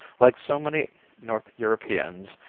like so many north europeans,